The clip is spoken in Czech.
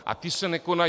A ty se nekonají.